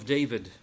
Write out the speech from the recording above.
David